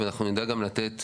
ואנחנו נדע גם לתת